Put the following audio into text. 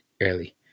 early